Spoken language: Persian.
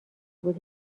بود